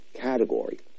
category